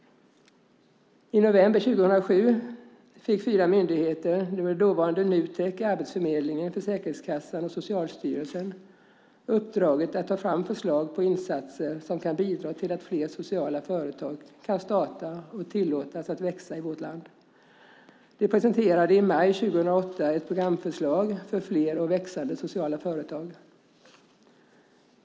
I november 2007 fick fyra myndigheter - dåvarande Nutek, Arbetsförmedlingen, Försäkringskassan och Socialstyrelsen - uppdraget att ta fram förslag på insatser som kan bidra till att fler sociala företag kan starta och tillåtas att växa i vårt land. De presenterade i maj 2008 ett programförslag för fler och växande sociala företag.